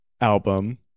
album